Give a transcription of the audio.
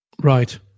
Right